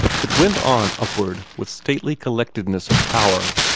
it went on upward with stately collectedness of power,